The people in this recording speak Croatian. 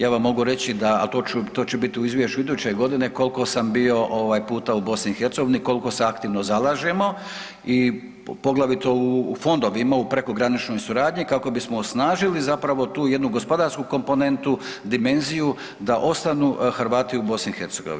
Ja vam mogu reći da, a to ću, to će bit u izvješću iduće godine kolko sam bio ovaj puta u BiH, kolko se aktivno zalažemo, poglavito u fondovima u prekograničnoj suradnji kako bismo osnažili zapravo tu jednu gospodarsku komponentu, dimenziju da ostanu Hrvati u BiH.